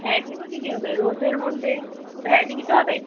ভ্যারাইটির মধ্যে কী হবে রোজের মধ্যে ভ্যারাইটি কিছু হবে